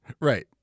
Right